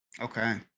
Okay